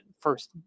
first